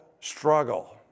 struggle